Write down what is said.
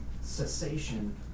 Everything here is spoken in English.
cessation